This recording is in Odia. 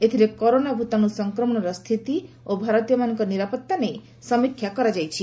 ଏଥିରେ କରୋନା ଭୂତାଣୁ ସଂକ୍ରମଣର ସ୍ଥିତି ଓ ଭାରତୀୟମାନଙ୍କ ନିରାପତ୍ତା ନେଇ ସମୀକ୍ଷା କରାଯାଇଛି